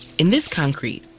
in this concrete,